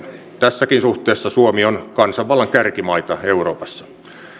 tässäkin suhteessa suomi on kansanvallan kärkimaita euroopassa